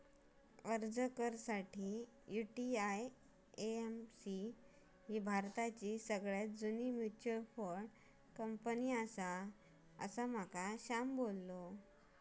अर्ज कर साठी, यु.टी.आय.ए.एम.सी ही भारताची सगळ्यात जुनी मच्युअल फंड कंपनी आसा, असा माका श्याम बोललो